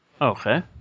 Okay